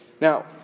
Now